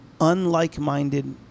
unlike-minded